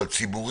יהיה.